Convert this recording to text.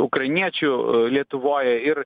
ukrainiečių lietuvoj ir